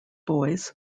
boys